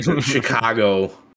Chicago